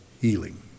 healing